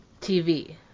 TV